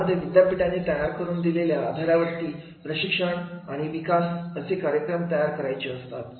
यामध्ये विद्यापीठाने तयार करून दिलेल्या अधरावरती प्रशिक्षण आणि विकास असे कार्यक्रम तयार करायचे असतात